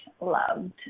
loved